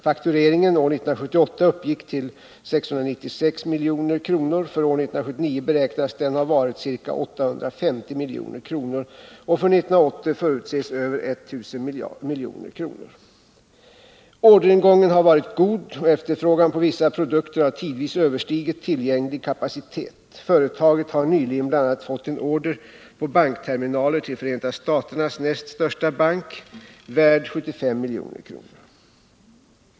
Faktureringen år 1978 uppgick till 696 milj.kr. För år 1979 beräknas den ha varit ca 850 milj.kr. och för 1980 förutses över 1000 milj.kr. Orderingången har varit god, och efterfrågan på vissa produkter har tidvis överstigit tillgänglig kapacitet. Företaget har nyligen bl.a. fått en order på bankterminaler till Förenta staternas näst största bank värd 75 milj.kr.